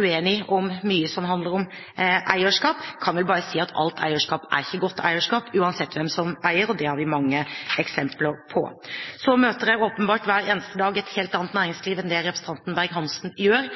om mye som handler om eierskap. Jeg kan vel bare si at ikke alt eierskap er godt eierskap, uansett hvem som eier. Det har vi mange eksempler på. Så møter jeg åpenbart hver eneste dag et helt annet næringsliv enn det representanten Berg-Hansen gjør.